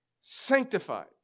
sanctified